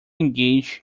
engage